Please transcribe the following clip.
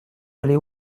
allés